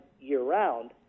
year-round